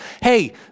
hey